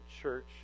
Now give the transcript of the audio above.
church